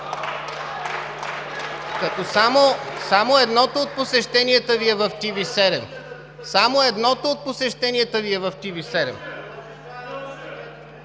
Като само едното от посещенията Ви е в TV7.